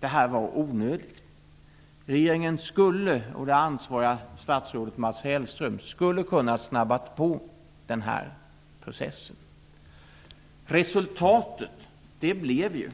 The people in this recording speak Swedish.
Det här var onödigt. Regeringen och det ansvariga statsrådet Mats Hellström skulle kunnat snabba på den här processen. Resultatet blev ju,